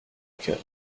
cœur